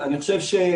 נקודות.